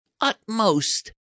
utmost